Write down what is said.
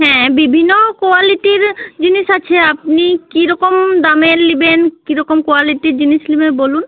হ্যাঁ বিভিন্ন কোয়ালিটির জিনিস আছে আপনি কিরকম দামের নেবেন কিরকম কোয়ালিটির জিনিস নেবেন বলুন